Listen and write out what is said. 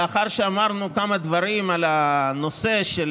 לאחר שאמרנו כמה דברים על הנושא של